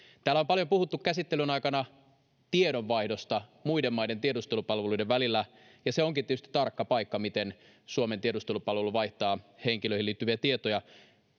täällä on paljon puhuttu käsittelyn aikana tiedonvaihdosta muiden maiden tiedustelupalvelujen välillä ja se onkin tietysti tarkka paikka miten suomen tiedustelupalvelu vaihtaa henkilöihin liittyviä tietoja